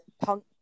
punk